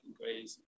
crazy